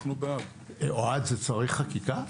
אוהד, זה צריך חקיקה?